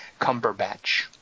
Cumberbatch